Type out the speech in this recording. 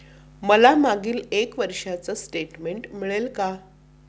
मला मागील एक वर्षाचे स्टेटमेंट मिळेल का?